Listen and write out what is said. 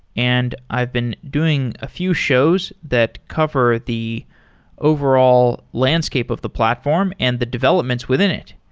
and i've been doing a few shows that cover the overall landscape of the platform and the developments within it.